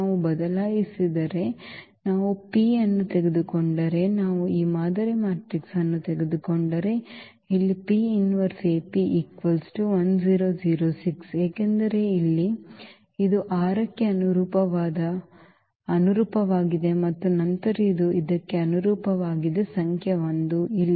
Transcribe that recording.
ನಾವು ಬದಲಾಯಿಸಿದರೆ ನಾವು ಈ P ಅನ್ನು ತೆಗೆದುಕೊಂಡರೆ ನಾವು ಈ ಮಾದರಿ ಮ್ಯಾಟ್ರಿಕ್ಸ್ ಅನ್ನು ತೆಗೆದುಕೊಂಡರೆ ಇಲ್ಲಿ ಏಕೆಂದರೆ ಇಲ್ಲಿ ಇದು ಈ 6 ಕ್ಕೆ ಅನುರೂಪವಾಗಿದೆ ಮತ್ತು ನಂತರ ಇದು ಇದಕ್ಕೆ ಅನುರೂಪವಾಗಿದೆ ಸಂಖ್ಯೆ 1 ಇಲ್ಲಿ